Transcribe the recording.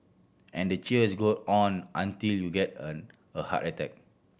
and the cheers goes on until you get a heart attack